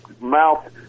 mouth